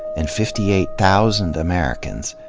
and fifty eight thousand americans,